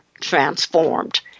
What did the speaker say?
transformed